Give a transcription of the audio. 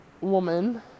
woman